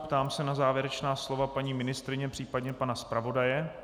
Ptám se na závěrečná slova paní ministryně, případně pana zpravodaje.